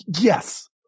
Yes